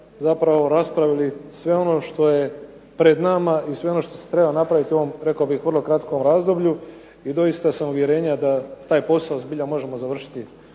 zapravo raspravili sve ono što je pred nama i sve ono što se treba napraviti u kratkom razdoblju. I doista sam uvjerenja da taj posao možemo završiti